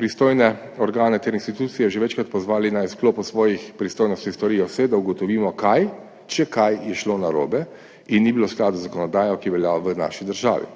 pristojne organe ter institucije že večkrat pozvali, naj v sklopu svojih pristojnosti storijo vse, da ugotovimo, kaj, če kaj, je šlo narobe in ni bilo v skladu z zakonodajo, ki velja v naši državi.